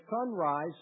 sunrise